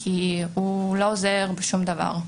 כי הוא לא עוזר בשום דבר.